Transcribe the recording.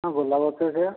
ହଁ ଗୋଲାପ ଗଛ ବି ସେଇଆ